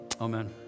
Amen